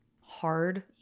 hard